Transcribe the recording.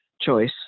choice